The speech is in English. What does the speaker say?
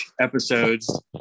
episodes